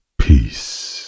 Peace